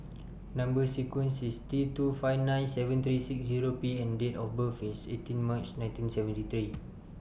Number sequence IS T two five nine seven three six Zero P and Date of birth IS eighteen March nineteen seventy three